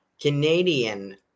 Canadian